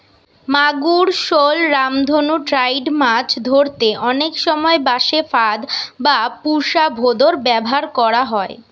মাগুর, শল, রামধনু ট্রাউট মাছ ধরতে অনেক সময় বাঁশে ফাঁদ বা পুশা ভোঁদড় ব্যাভার করা হয়